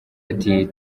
ati